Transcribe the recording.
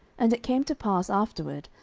and it came to pass afterward,